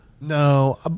No